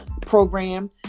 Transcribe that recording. program